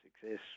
success